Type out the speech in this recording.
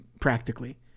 Practically